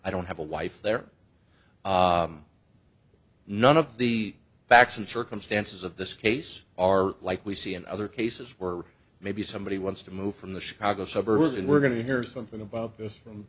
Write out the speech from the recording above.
i don't have a wife there none of the facts and circumstances of this case are like we see in other cases where maybe somebody wants to move from the chicago suburb and we're going to hear something about this from